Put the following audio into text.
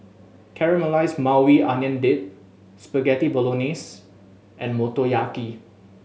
Caramelized Maui Onion Dip Spaghetti Bolognese and Motoyaki